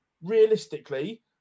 Realistically